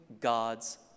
God's